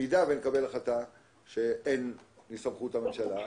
אם נקבל החלטה שאין סמכות לממשלה,